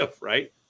right